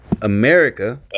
America